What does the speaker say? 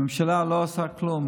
הממשלה לא עושה כלום.